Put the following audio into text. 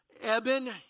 Eben